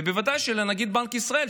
ובוודאי שלנגיד בנק ישראל,